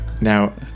Now